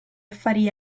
affari